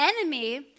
enemy